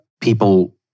people